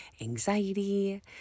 anxiety